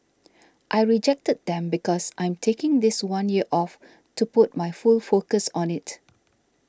I rejected them because I'm taking this one year off to put my full focus on it